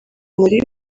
muri